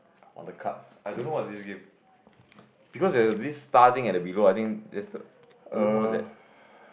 on the cards